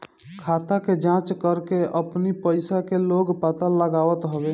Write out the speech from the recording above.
खाता के जाँच करके अपनी पईसा के लोग पता लगावत हवे